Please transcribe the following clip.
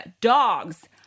dogs